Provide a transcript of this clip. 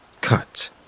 Cut